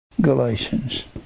Galatians